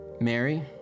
Mary